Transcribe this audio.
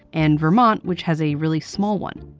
and vermont, which has a really small one.